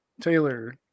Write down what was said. Taylor